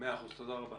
תודה רבה.